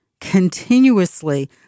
continuously